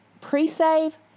pre-save